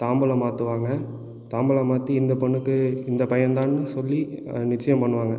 தாம்பூலம் மாற்றுவாங்க தாம்பூலம் மாற்றி இந்தப் பெண்ணுக்கு இந்தப் பையன்தானு சொல்லி நிச்சயம் பண்ணுவாங்க